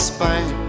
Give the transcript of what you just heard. Spain